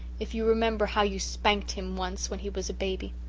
if you remember how you spanked him once when he was a baby.